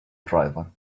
driver